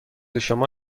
شما